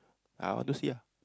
ah I want to see ah